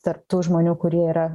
tarp tų žmonių kurie yra